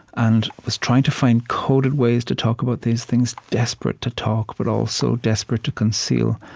and was trying to find coded ways to talk about these things desperate to talk, but also, desperate to conceal.